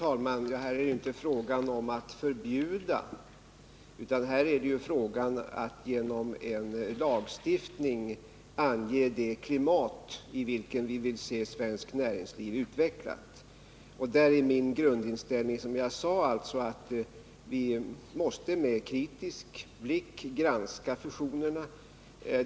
Herr talman! Här är det inte fråga om att förbjuda, utan det gäller att genom lagstiftning ange det klimat i vilket vi vill se svenskt näringsliv utvecklas. Min grundinställning är, som jag sade, att vi måste grundligt granska fusionerna.